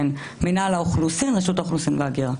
כן, למינהל האוכלוסין, רשות האוכלוסין וההגירה.